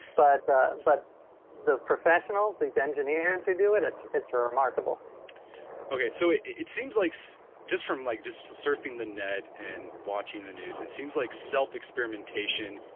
but the but the professionals, these engineers who do it it's it's remarkable okay. so, it it seems like so just from like, just surfing the net and watching the news, it seems like self experimentation.